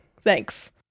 Thanks